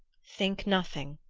think nothing,